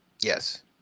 Yes